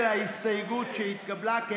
כולל ההסתייגות שהתקבלה,